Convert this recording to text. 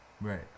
Right